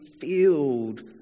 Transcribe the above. filled